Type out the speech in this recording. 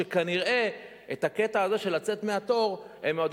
שכנראה את הקטע הזה של לצאת מהתור הם עוד